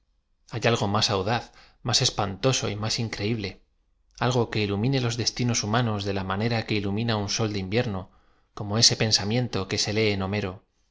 hay algo más audaz más espantoso y máa increí ble algo que ilumioe los destinos humanos de la ma nera que ilumina un sol de invierno como este pensamlento que se lee en hom ero